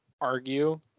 argue